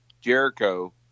Jericho